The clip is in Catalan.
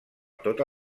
tota